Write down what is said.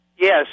Yes